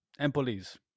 Empoli's